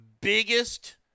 biggest